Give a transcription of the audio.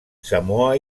samoa